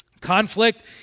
conflict